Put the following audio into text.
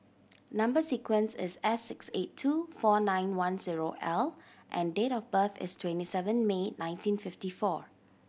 number sequence is S six eight two four nine one zero L and date of birth is twenty seven May nineteen fifty four